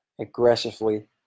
aggressively